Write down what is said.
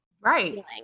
right